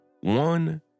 One